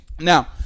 Now